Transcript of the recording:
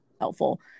helpful